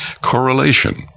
correlation